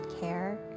care